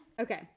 Okay